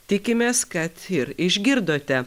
tikimės kad ir išgirdote